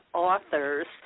authors